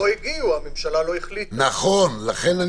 איך ביחד?